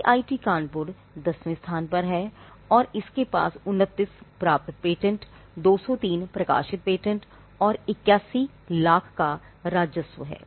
IIT Kanpur 10 वें स्थान पर हैऔर इसके पास 29 प्राप्त पेटेंट 203 प्रकाशित पेटेंट और 81 लाख का राजस्व है